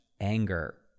anger